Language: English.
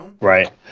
Right